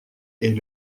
est